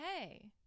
hey